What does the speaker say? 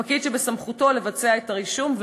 הפקיד שבסמכותו לבצע את הרישום,